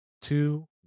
two